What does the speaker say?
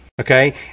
Okay